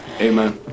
Amen